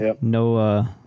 No